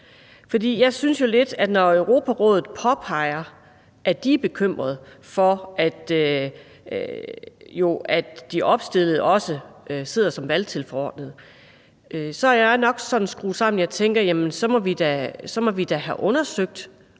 Jeg er jo nok, når Europarådet påpeger, at de er bekymrede over, at de opstillede kandidater også sidder som valgtilforordnede, skruet sådan sammen, at jeg tænker, at vi da må have undersøgt,